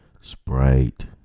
sprite